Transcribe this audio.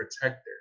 protector